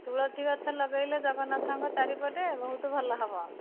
ତୁଳସୀ ଗଛ ଲଗେଇଲେ ଜଗନ୍ନାଥଙ୍କ ଚାରିପଟେ ବହୁତ ଭଲ ହେବ